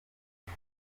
ibi